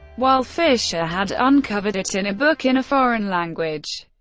while fischer had uncovered it in a book in a foreign language!